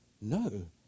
No